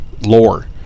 lore